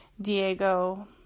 Diego